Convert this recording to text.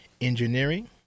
engineering